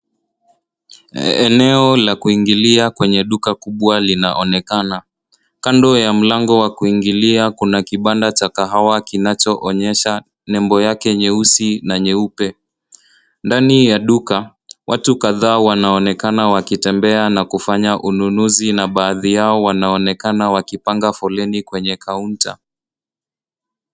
Eneo la kuingilia kwenye duka kubwa linaoonekana. Kando ya mlango wa kuingilia kuna kibanda cha kahawa kinachooneysha nembo yake nyeusi na nyeupe. Ndani ya duka watu kadhaa wanaonekana wakitembea na kufanya ununuzi na baadhi yao wanaonekana wakipanga foleni kwenye kaunta.